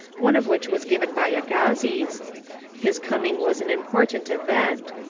one of which was given by agassiz. his coming was an impor tant event.